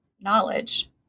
knowledge